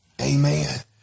Amen